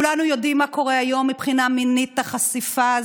כולנו יודעים מה קורה היום מבחינה מינית, החשיפה.